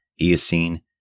Eocene